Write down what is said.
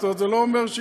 זאת אומרת,